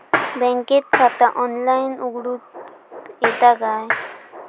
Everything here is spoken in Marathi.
बँकेत खाता ऑनलाइन उघडूक येता काय?